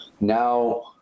now